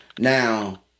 Now